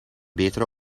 betere